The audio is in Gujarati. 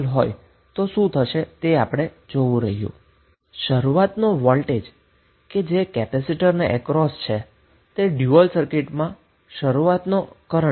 આમ કેપેસિટરની અક્રોસમા શરૂઆતનો વોલ્ટેજ એ ડયુઅલ સર્કિટમાં ઈન્ડકટરમાંથી પસાર થતો શરૂઆતનો કરન્ટ છે